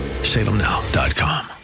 SalemNow.com